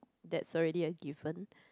that's already a given